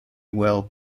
well